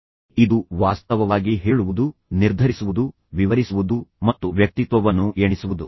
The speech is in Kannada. ಆದ್ದರಿಂದ ಇದು ವಾಸ್ತವವಾಗಿ ಹೇಳುವುದು ನಿರ್ಧರಿಸುವುದು ವಿವರಿಸುವುದು ಮತ್ತು ನಿಮ್ಮ ವ್ಯಕ್ತಿತ್ವವನ್ನು ಎಣಿಸುವುದು